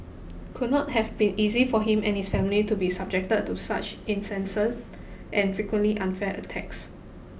could not have been easy for him and his family to be subjected to such incessant and frequently unfair attacks